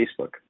Facebook